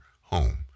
home